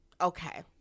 okay